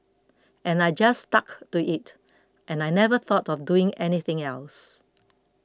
and I just stuck to it and I never thought of doing anything else